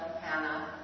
Hannah